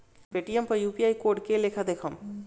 Paytm पर UPI code के लेखा देखम?